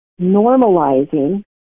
normalizing